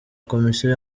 komisiyo